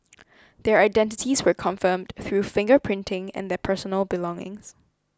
their identities were confirmed through finger printing and their personal belongings